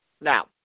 Now